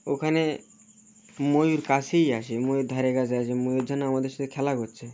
ওখানে ময়ূর কাছেেই আছে ময়ূর ধারে কাছে আছে ময়ূর যেন আমাদের সাথে খেলা করছে